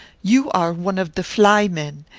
you are one of the fly men,